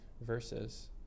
verses